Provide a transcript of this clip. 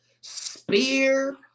spear